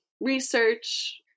research